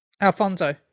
Alfonso